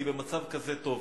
אני במצב כזה טוב.